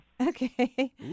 Okay